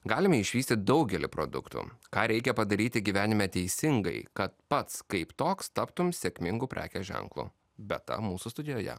galime išvysti daugelį produktų ką reikia padaryti gyvenime teisingai kad pats kaip toks taptum sėkmingu prekės ženklu beata mūsų studijoje